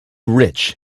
rich